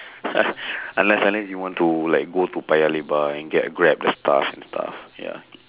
unless unless you want to like go to paya-lebar and get a grab the stuff and stuff ya